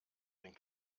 den